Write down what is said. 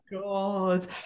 God